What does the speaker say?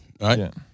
right